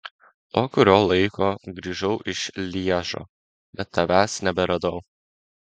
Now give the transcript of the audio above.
po kurio laiko grįžau iš lježo bet tavęs neberadau